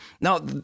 Now